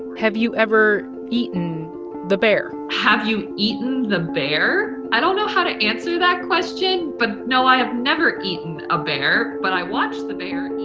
have you ever eaten the bear? have you eaten the bear? i don't know how to answer that question. but, no, i have never eaten a bear, but i watched a bear eat.